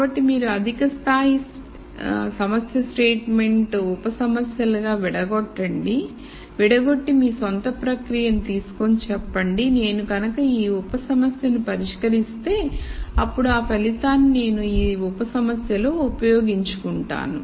కాబట్టి మీరు అధిక స్థాయి సమస్య స్టేట్మెంట్ ఉప సమస్యలుగా విడకొట్టండి విడగొట్టి మీ సొంత ప్రక్రియను తీసుకొని చెప్పండి నేను కనుక ఈ ఉప సమస్యను పరిష్కరిస్తేఅప్పుడు ఆ ఫలితాన్ని నేను ఈ ఉప సమస్యలో ఉపయోగించుకుంటాను